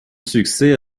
succès